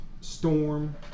storm